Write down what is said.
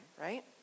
right